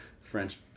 French